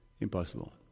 Impossible